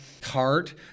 cart